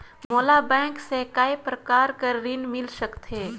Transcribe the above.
मोला बैंक से काय प्रकार कर ऋण मिल सकथे?